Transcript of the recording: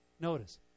Notice